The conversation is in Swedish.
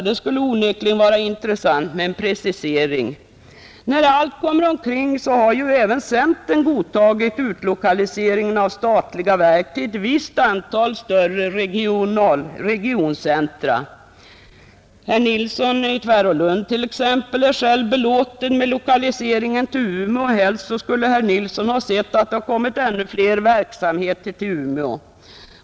Det skulle onekligen vara intressant med en precisering. När allt kommer omkring har ju även centern godtagit utlokalisering av statliga verk till ett visst antal större regioncentra. Herr Nilsson i Tvärålund är t.ex. själv belåten med lokaliseringen till Umeå, och helst skulle herr Nilsson ha sett att det kommit ännu fler verksamheter till Umeå.